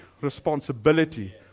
responsibility